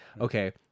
okay